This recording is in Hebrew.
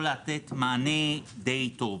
יכול לתת מענה די טוב.